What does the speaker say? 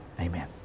Amen